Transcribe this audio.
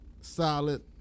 solid